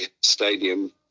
stadium